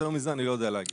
יותר מזה אני לא יודע להגיד.